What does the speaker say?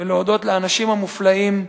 ולהודות לאנשים המופלאים,